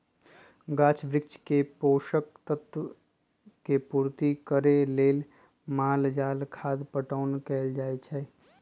गाछ वृक्ष के पोषक तत्व के पूर्ति करे लेल माल जाल खाद पटाओन कएल जाए छै